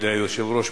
על-ידי היושב-ראש,